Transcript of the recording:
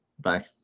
Bye